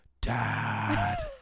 dad